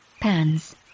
Pants